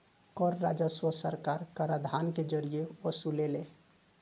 कर राजस्व सरकार कराधान के जरिए वसुलेले